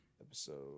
Episode